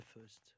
first